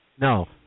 No